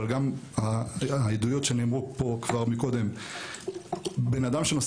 גם העדויות שנאמרו פה קודם בן אדם שנושא